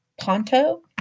Ponto